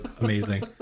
amazing